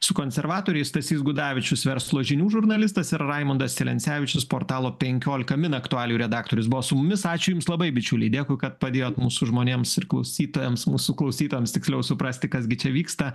su konservatoriais stasys gudavičius verslo žinių žurnalistas ir raimundas celencevičius portalo penkiolika min aktualijų redaktorius buvo su mumis ačiū jums labai bičiuliai dėkui kad padėjot mūsų žmonėms ir klausytojams mūsų klausytojams tiksliau suprasti kas gi čia vyksta